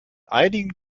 einigen